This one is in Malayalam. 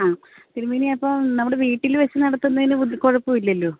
ആ തിരുമേനി അപ്പം നമ്മുടെ വീട്ടിൽ വെച്ച് നടത്തുന്നതിന് ബു കുഴപ്പം ഇല്ലല്ലോ